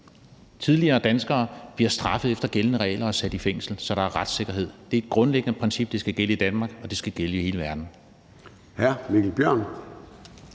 tidligere danskere bliver straffet efter gældende regler og sat i fængsel, så der er en retssikkerhed. Det er et grundlæggende princip, som skal gælde i Danmark, og som skal gælde i hele verden.